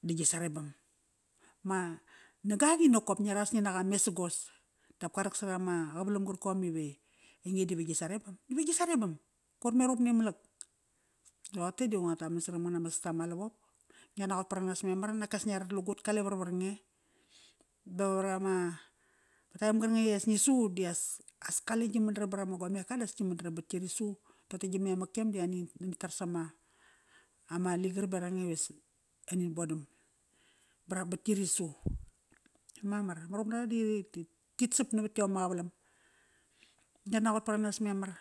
Di gi sarebam. Ma nagak nokop ngia ras ngi naqa mesagos, dap ka raksara ma qavalam qarkomive ainge divegi sarebam, dive gi sarebam! Koir me ruqup ni malak. Di roqote dive ngo taman saramngan ama sasta ma lavop. Ngia naqot paranas memar nakes ngia rat lagut kale varvar nge. Ba var ama time qarkanga i as ngi su dias, as kale gi madaram bat tki risu toqote gi memak yom di ani, ni tar sama ama ligar beraqa nge iva sap, anin bodam, bara, bat tki risu. Mamar, ma ruqup nara di ri, ri, tit sap navat yom ma qavalam. Ngia naqot paranas memar,